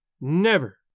Never